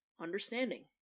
understanding